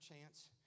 chance